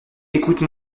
écoute